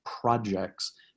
projects